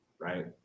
right